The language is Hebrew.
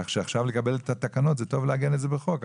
זה טוב לעגן התקנות בחוק,